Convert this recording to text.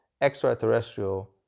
extraterrestrial